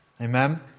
Amen